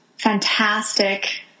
fantastic